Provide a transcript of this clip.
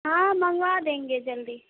ہاں منگوا دیں گے جلدی